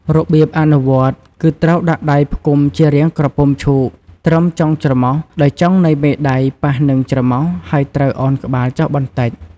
របៀបអនុវត្តគឺ ត្រូវដាក់ដៃផ្គុំគ្នាជារាងក្រពុំឈូកត្រឹមចុងច្រមុះ ដោយចុងនៃមេដៃប៉ះនឹងច្រមុះ ហើយត្រូវឱនក្បាលចុះបន្តិច។